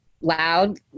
loud